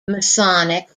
masonic